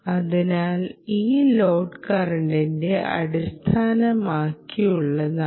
അതിനാൽ ഇത് ലോഡ് കറന്റിനെ അടിസ്ഥാനമാക്കിയുള്ളതാണ്